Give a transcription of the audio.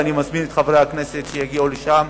ואני מזמין את חברי הכנסת שיגיעו לשם.